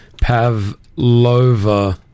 Pavlova